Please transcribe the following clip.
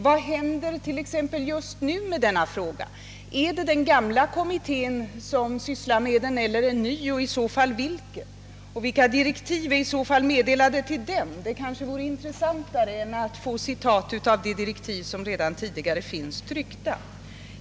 Vad händer t.ex. just nu i saken? Är det den gamla kommittén som sysslar med den eller en ny, och i så fall vilken? Vilka direktiv har i så fall meddelats? Det kanske vore intressantare att erhålla svar på dessa frågor än att få citat av de direktiv som redan tidigare föreligger tryckta.